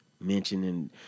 mentioning